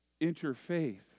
interfaith